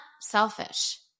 selfish